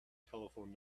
telephone